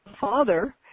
father